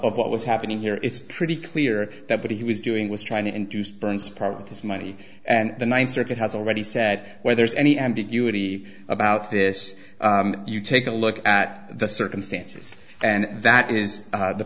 what was happening here it's pretty clear that what he was doing was trying to induce burns department his money and the ninth circuit has already said where there's any ambiguity about this you take a look at the circumstances and that is the